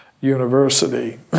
university